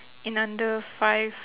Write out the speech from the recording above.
in under five